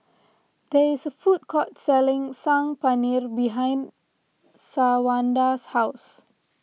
there is a food court selling Saag Paneer behind Shawanda's house